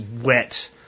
wet